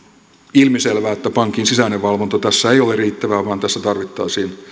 ilmiselvää että pankin sisäinen valvonta tässä ei ole riittävää vaan tässä tarvittaisiin